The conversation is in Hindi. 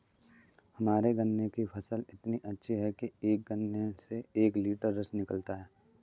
हमारे गन्ने के फसल इतने अच्छे हैं कि एक गन्ने से एक लिटर रस निकालता है